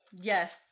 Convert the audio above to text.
Yes